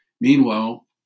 Meanwhile